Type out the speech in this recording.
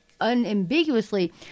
unambiguously